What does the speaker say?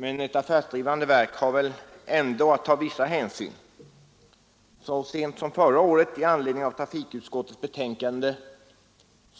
Men även där måste man väl ändå ta vissa hänsyn. Så sent som förra året sade riksdagen i anledning av trafikutskottets betänkande